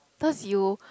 those you